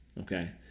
okay